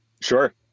Sure